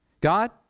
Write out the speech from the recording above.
God